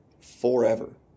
forever